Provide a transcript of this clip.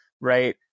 right